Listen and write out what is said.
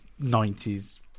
90's